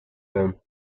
bone